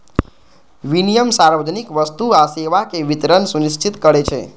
विनियम सार्वजनिक वस्तु आ सेवाक वितरण सुनिश्चित करै छै